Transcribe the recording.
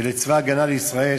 ולצבא הגנה לישראל,